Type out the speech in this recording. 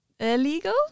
illegal